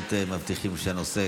בהחלט מבטיחים שהנושא,